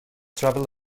travel